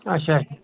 اَچھا اَچھا